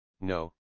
no